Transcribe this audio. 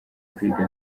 kwiga